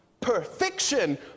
perfection